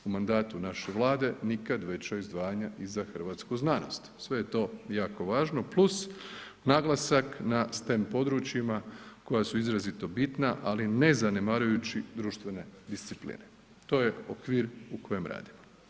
U mandatu naše Vlade nikad veća izdvajanja i za hrvatsku znanost, sve je to jako važno + naglasak na STEM područjima koja su izrazito bitna, ali ne zanemarujući društvene discipline, to je okvir u kojem radimo.